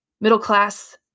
middle-class